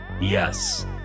Yes